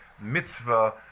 mitzvah